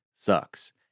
sucks